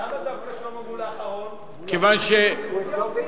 למה דווקא שלמה מולה אחרון, כי הוא אתיופי?